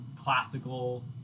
classical